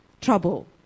trouble